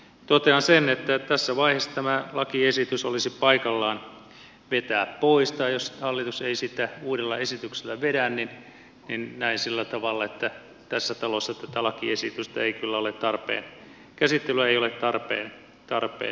totean sen että tässä vaiheessa tämä lakiesitys olisi paikallaan vetää pois tai jos hallitus ei sitä uudella esityksellä vedä niin näen sillä tavalla että tässä talossa tätä lakiesityksen käsittelyä ei ole tarpeen jatkaa